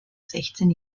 sechzehn